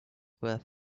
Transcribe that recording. were